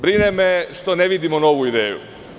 Brine me što ne vidimo novu ideju.